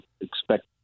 expect